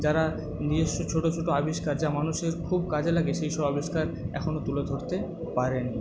যারা নিজস্ব ছোটো ছোটো আবিষ্কার যা মানুষের খুব কাজে লাগে সেই সব আবিষ্কার এখনও তুলে ধরতে পারে নি